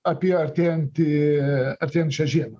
apie artėjantį artėjančią žiemą